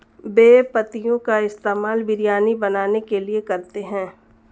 बे पत्तियों का इस्तेमाल बिरयानी बनाने के लिए करते हैं